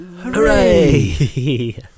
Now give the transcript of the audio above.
Hooray